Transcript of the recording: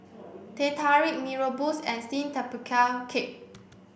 Teh Tarik Mee Rebus and steamed tapioca cake